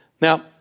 Now